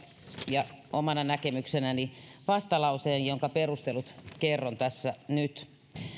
ja omana näkemyksenäni vastalauseen jonka perustelut kerron nyt